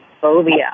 phobia